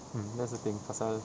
mm that's the thing pasal